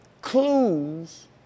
clues